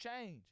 change